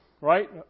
right